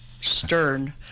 stern